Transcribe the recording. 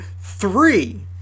three